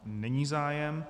Není zájem.